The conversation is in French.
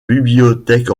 bibliothèques